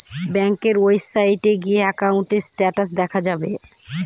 ব্যাঙ্কের ওয়েবসাইটে গিয়ে একাউন্টের স্টেটাস দেখা যাবে